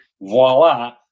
voila